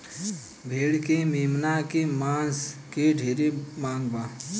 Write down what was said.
भेड़ के मेमना के मांस के ढेरे मांग बा